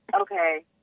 Okay